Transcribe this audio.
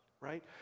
right